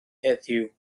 heddiw